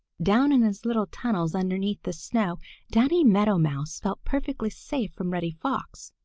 down in his little tunnels underneath the snow danny meadow mouse felt perfectly safe from reddy fox,